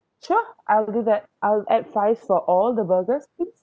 sure I'll do that I'll add fries for all the burgers please